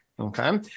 Okay